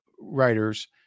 writers